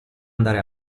andare